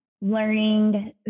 learning